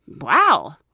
Wow